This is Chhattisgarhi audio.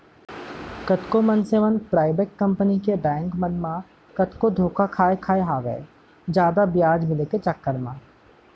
कतको मनसे मन पराइबेट कंपनी के बेंक मन म कतको धोखा खाय खाय हवय जादा बियाज मिले के चक्कर म